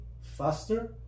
faster